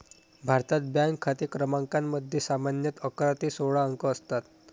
भारतात, बँक खाते क्रमांकामध्ये सामान्यतः अकरा ते सोळा अंक असतात